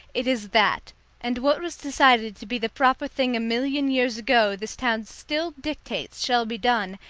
it is that and what was decided to be the proper thing a million years ago this town still dictates shall be done,